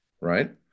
right